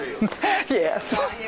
Yes